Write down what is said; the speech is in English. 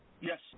Yes